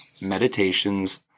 Meditations